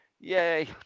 yay